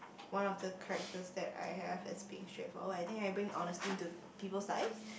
one of the characters that I have is being straightforward I think I bring honesty into peoples lives